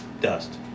dust